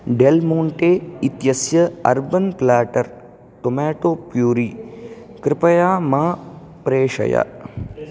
Dell Monte इत्यस्य Urban Platter tomato puree कृपया मा प्रेषय